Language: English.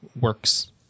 works